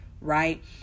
right